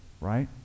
right